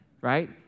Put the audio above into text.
Right